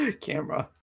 camera